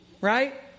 right